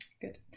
Good